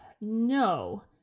no